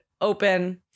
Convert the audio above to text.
open